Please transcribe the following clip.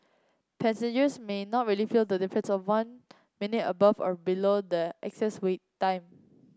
passengers may not really feel the difference of one minute above or below the excess wait time